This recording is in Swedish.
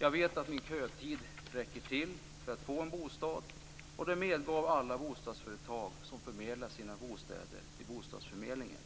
Jag vet att min kötid räcker till för att få en bostad, och det medgav alla bostadsföretag som förmedlar sina bostäder till bostadsförmedlingen.